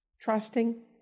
Trusting